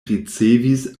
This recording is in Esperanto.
ricevis